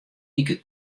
wike